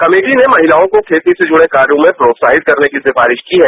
committee ने महिलाओं को खेती से जुड़े कार्यों में प्रोत्साहित करने की सिफारिश की है